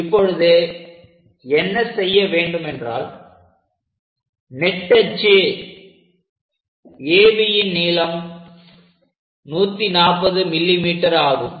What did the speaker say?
இப்பொழுது என்ன செய்ய வேண்டும் என்றால் நெட்டச்சு ABன் நீளம் 140 mm ஆகும்